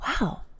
wow